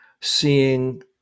seeing